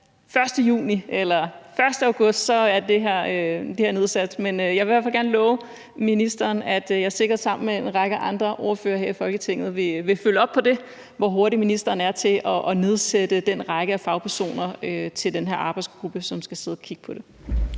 1. juni, eller at den 1. august bliver den nedsat. Men jeg vil i hvert fald gerne love ministeren, at jeg sikkert sammen med en række andre ordførere her i Folketinget vil følge op på, hvor hurtigt ministeren er til at nedsætte den her arbejdsgruppe med en række fagpersoner, som skal sidde og kigge på det.